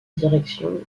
direction